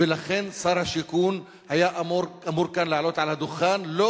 ולכן שר השיכון היה אמור כאן לעלות על הדוכן לא